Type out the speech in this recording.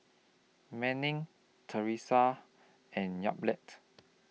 Manning Theresa and Yamilet